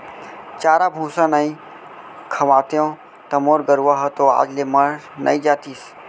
चारा भूसा नइ खवातेंव त मोर गरूवा ह तो आज ले मर नइ जातिस